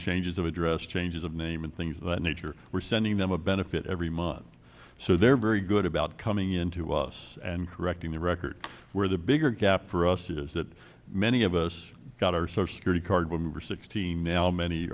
changes of address changes of name and things that nature we're sending them a benefit every month so they're very good about coming in to us and correcting the record where the bigger gap for us is that many of us got our so security card when we were sixteen now many